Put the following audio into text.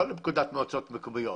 לא לפקודת מועצות מקומיות.